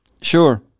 Sure